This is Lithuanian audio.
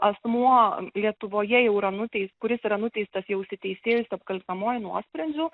asmuo lietuvoje jau yra nuteis kuris yra nuteistas jau įsiteisėjusiu apkaltinamuoju nuosprendžiu